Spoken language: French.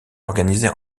organisée